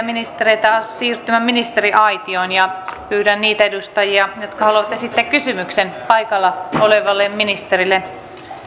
ministereitä siirtymään ministeriaitioon pyydän niitä edustajia jotka haluavat esittää kysymyksen paikalla olevalle ministerille